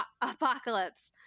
Apocalypse